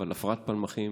אבל הפרעת פלמחים